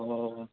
অ